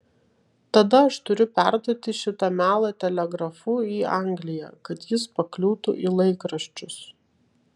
tada aš turiu perduoti šitą melą telegrafu į angliją kad jis pakliūtų į laikraščius